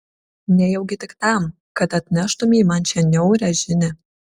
nejaugi tik tam kad atneštumei man šią niaurią žinią